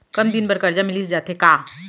कम दिन बर करजा मिलिस जाथे का?